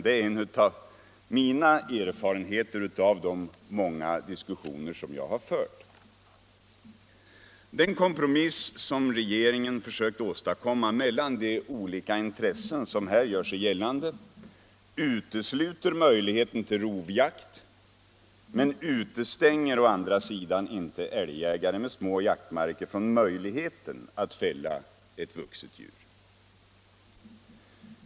Det är en av mina erfarenheter av de många diskussioner jag har fört. Den kompromiss som regeringen försökt åstadkomma mellan de olika intressen som här gör sig gällande utesluter å ena sidan möjligheten till rovjakt men utestänger å andra sidan inte älgjägare med små jaktmarker från möjligheten att fälla ett vuxet djur.